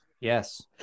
Yes